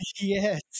Yes